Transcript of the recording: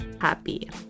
happy